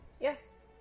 Yes